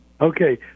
okay